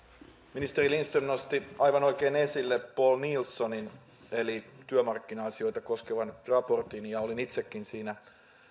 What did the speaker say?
ministeri lindström nosti aivan oikein esille poul nielsonin työmarkkina asioita koskevan raportin olin itsekin siinä